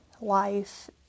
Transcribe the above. life